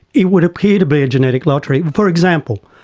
it would appear to be a genetic lottery. for example,